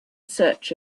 search